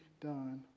done